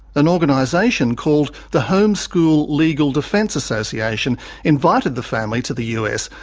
an organisation called the home school legal defense association invited the family to the us,